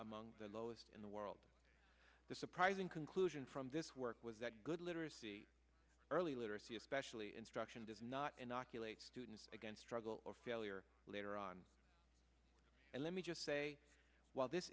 among the lowest in the world the surprising conclusion from this work was that good literacy early literacy especially instruction does not inoculate students against struggle or failure later on and let me just say while this